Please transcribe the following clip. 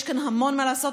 יש כאן המון מה לעשות,